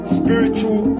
spiritual